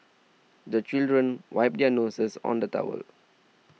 the children wipe their noses on the towel